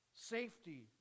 Safety